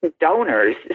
donors